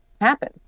happen